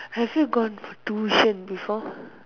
have you gone for tuition before